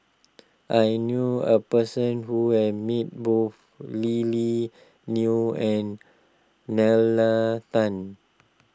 I knew a person who have met both Lily Neo and Nalla Tan